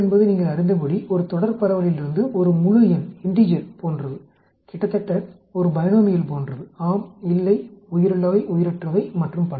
என்பது நீங்கள் அறிந்தபடி ஒரு தொடர் பரவலிலிருந்து ஒரு முழு எண் போன்றது கிட்டத்தட்ட ஒரு பைனோமியல் போன்றது ஆம் இல்லை உயிருள்ளவை உயிரற்றவை மற்றும் பல